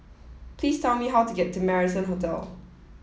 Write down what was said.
please tell me how to get to Marrison Hotel